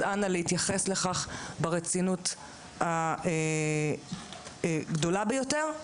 אז אנא, להתייחס לכך ברצינות הגדולה ביותר.